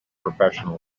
professional